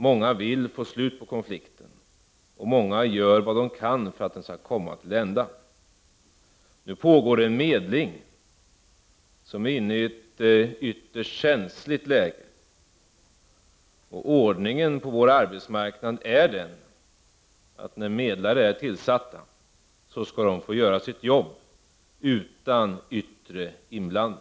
Många vill få slut på konflikten, och många gör vad de kan för att den skall komma till ända. Nu pågår en medling, som är inne i ett ytterst känsligt läge. Ordningen på vår arbetsmarknad är den, att när medlare är tillsatta skall de få göra sitt jobb utan yttre inblandning.